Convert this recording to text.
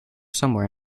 somewhere